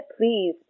please